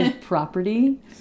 property